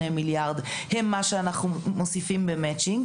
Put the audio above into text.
מיליארד הם מה שאנחנו מוסיפים ב-matching.